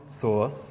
source